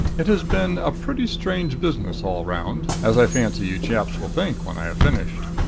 it has been a pretty strange business all round, as i fancy you chaps will think, when i have finished.